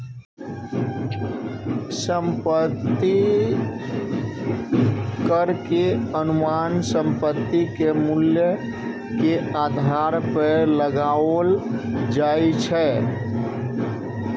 संपत्ति कर के अनुमान संपत्ति के मूल्य के आधार पर लगाओल जाइ छै